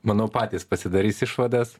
manau patys pasidarys išvadas